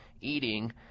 eating